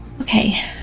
okay